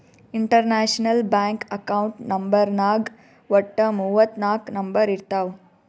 international bank account ನಂಬರ್ನಾಗ್ ವಟ್ಟ ಮೂವತ್ ನಾಕ್ ನಂಬರ್ ಇರ್ತಾವ್